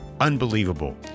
unbelievable